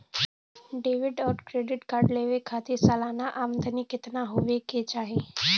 Debit और credit card लेवे के खातिर सलाना आमदनी कितना हो ये के चाही?